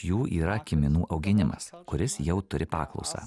jų yra kiminų auginimas kuris jau turi paklausą